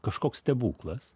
kažkoks stebuklas